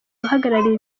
abahagarariye